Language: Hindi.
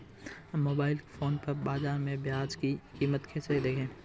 हम मोबाइल फोन पर बाज़ार में प्याज़ की कीमत कैसे देखें?